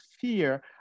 fear